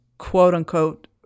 quote-unquote